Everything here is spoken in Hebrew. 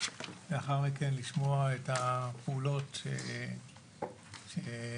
לאחר מכן לשמוע את הפעולות שצה"ל,